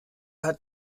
hat